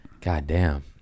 Goddamn